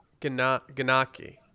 ganaki